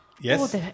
Yes